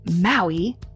Maui